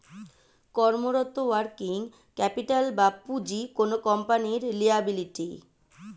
কর্মরত working capital বা পুঁজি কোনো কোম্পানির লিয়াবিলিটি